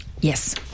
Yes